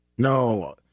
No